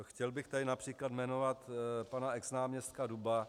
Chtěl bych tady například jmenovat pana exnáměstka Duba.